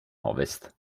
ovest